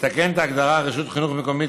לתקן את ההגדרה "רשות חינוך מקומית"